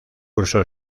cursó